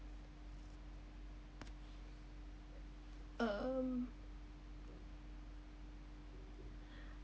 um